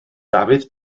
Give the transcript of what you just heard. dafydd